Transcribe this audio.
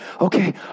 okay